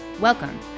Welcome